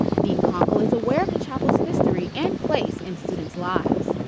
dean konkol is aware of the chapel's history and place in students' lives.